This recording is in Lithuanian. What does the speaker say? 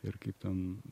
ir kaip ten